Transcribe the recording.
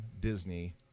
Disney